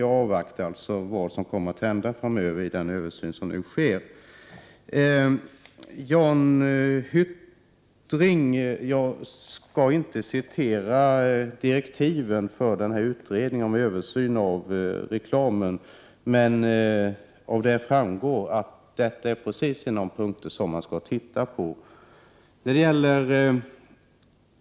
Jag avvaktar alltså pågående översyn. Jan Hyttring, jag skall inte citera direktiven till den utredning som behandlar reklamfrågorna, men det framgår ju att detta är en av de punkter som utredningen skall studera.